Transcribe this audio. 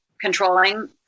controlling